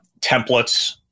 templates